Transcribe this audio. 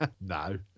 no